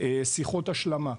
שיחות השלמה.